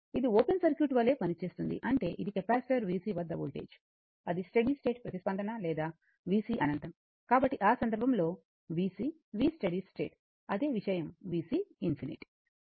ఇది open circuit వలె పనిచేస్తుంది అంటే ఇది కెపాసిటర్ vc వద్ద వోల్టేజ్ అది స్టడీ స్టేట్ ప్రతిస్పందన లేదా vc అనంతం కాబట్టి ఆ సందర్భంలో vc V స్టడీ స్టేట్ అదే విషయం vc ∞